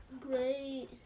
Great